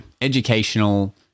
educational